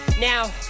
now